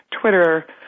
Twitter